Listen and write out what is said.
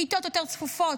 כיתות יותר צפופות,